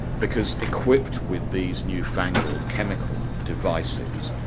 because equipped with these newfangled chemical devices,